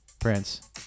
Prince